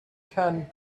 can